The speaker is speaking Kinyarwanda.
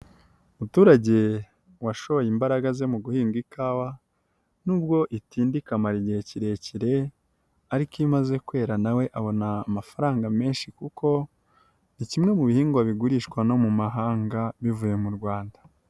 Umuturage washoye imbaraga ze mu guhinga ikawa nubwo itinda ikamara igihe kirekire ariko imaze kwera nawe abona amafaranga menshi kuko ni kimwe mu bihingwa bigurishwa no mu mahanga bivuye mu rwanda.